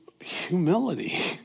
humility